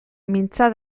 mintza